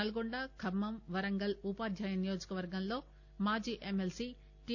నల్గొండ ఖమ్మం వరంగల్ ఉపాధ్యాయ నియోజకర్గంలో మాజీ ఎమ్మెల్సీ టి